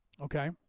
okay